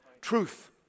Truth